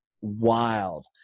wild